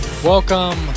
Welcome